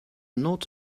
not